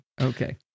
okay